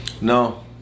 No